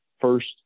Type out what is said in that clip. first